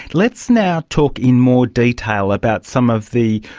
let's now talk in more detail about some of the,